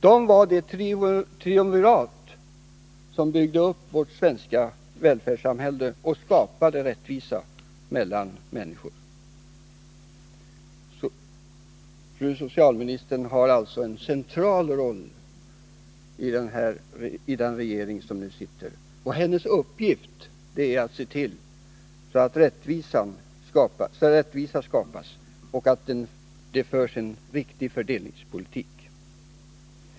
Detta var det triumvirat som byggde upp vårt svenska välfärdssamhälle och skapade rättvisa mellan människor. Fru socialministern har alltså en central roll i den regering som nu sitter. Hennes uppgift är att se till att rättvisa skapas och att det förs en riktig fördelningspolitik.